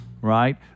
right